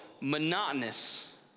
monotonous